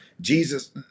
Jesus